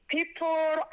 People